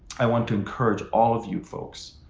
i want to encourage all of you folks.